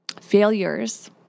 Failures